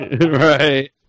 right